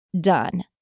done